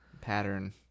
pattern